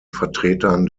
vertretern